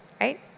right